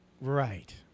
Right